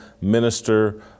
minister